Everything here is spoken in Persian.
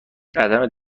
عدم